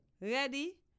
ready